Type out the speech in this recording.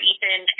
Ethan